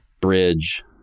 bridge